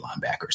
linebackers